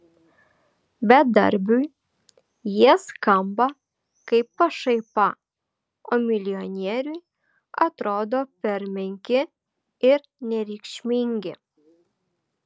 bedarbiui jie skamba kaip pašaipa o milijonieriui atrodo per menki ir nereikšmingi